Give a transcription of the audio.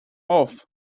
auf